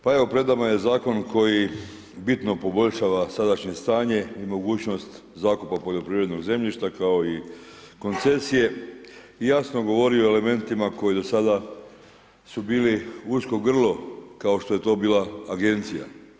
Pa evo pred nama je zakon koji bitno poboljšava sadašnje stanje i mogućnost zakupa poljoprivrednog zemljišta kao i koncesije i jasno govori o elementima koji do sada su bili usko grlo kao što je to bila agencija.